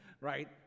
right